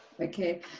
Okay